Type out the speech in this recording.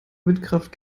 windkraft